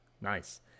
Nice